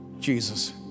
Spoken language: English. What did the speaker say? Jesus